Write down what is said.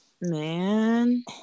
man